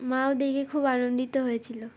মা ও দেখে খুব আনন্দিত হয়েছিলো